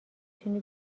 تونی